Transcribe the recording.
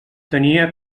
tenia